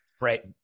Right